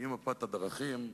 עם מפת הדרכים,